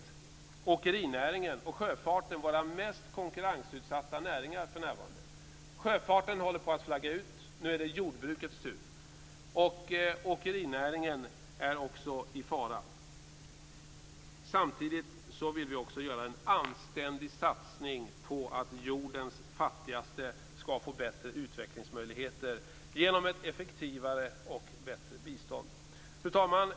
Åkerinäringen och sjöfarten är för närvarande våra mest konkurrensutsatta näringar. Sjöfarten håller på att flagga ut. Nu är det jordbrukets tur, och åkerinäringen är också i fara. Samtidigt vill vi också göra en anständig satsning på att jordens fattigaste skall få bättre utvecklingsmöjligheter genom ett effektivare och bättre bistånd. Fru talman!